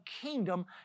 kingdom